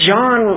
John